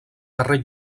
darrer